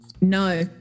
No